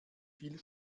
viel